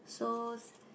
so s~